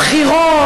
הבחירות,